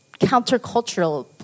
countercultural